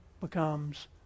becomes